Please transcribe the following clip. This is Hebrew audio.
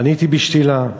עניתי בשלילה.